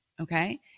Okay